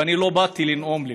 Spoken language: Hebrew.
ואני לא באתי לפה לנאום,